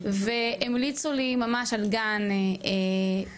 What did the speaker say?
והמליצו לי ממש על גן פרטי,